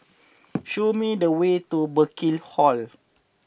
show me the way to Burkill Hall